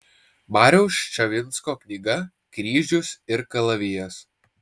mariaus ščavinsko knyga kryžius ir kalavijas